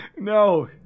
No